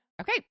Okay